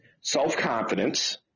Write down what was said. self-confidence